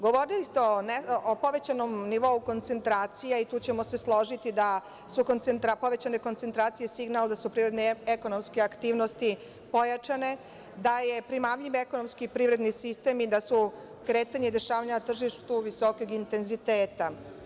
Govorili ste o povećanom nivou koncentracija i tu ćemo se složiti da su povećane koncentracije signal da su ekonomske aktivnosti pojačane, da je primamljiv ekonomski privredni sistem i da su kretanja i dešavanja na tržištu visokog intenziteta.